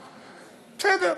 בסדר,